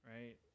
right